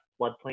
floodplain